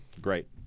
great